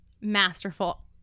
masterful